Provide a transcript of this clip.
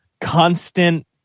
constant